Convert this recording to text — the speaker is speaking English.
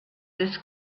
this